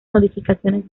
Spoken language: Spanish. modificaciones